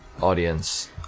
audience